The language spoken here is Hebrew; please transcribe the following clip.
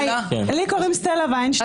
לי קוראים סטלה וינשטיין.